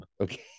Okay